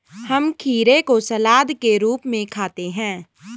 हम खीरे को सलाद के रूप में खाते हैं